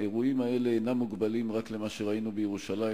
האירועים האלה אינם מוגבלים רק למה שראינו בישראל,